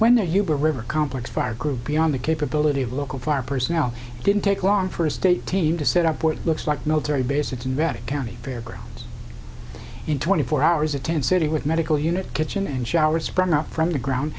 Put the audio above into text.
uber river complex fire group beyond the capability of local fire personnel didn't take long for a state team to set up what looks like military bases investing county fairgrounds in twenty four hours a tent city with medical unit kitchen and shower sprung up from the ground